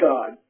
God